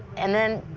and then,